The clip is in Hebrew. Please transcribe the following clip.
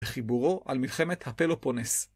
וחיבורו על מלחמת הפלופונס.